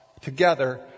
together